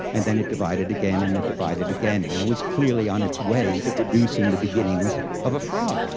and then it divided again and it divided again and it was clearly on its way to producing the beginnings of a frog.